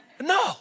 No